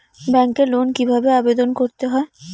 ব্যাংকে লোন কিভাবে আবেদন করতে হয়?